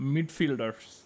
Midfielders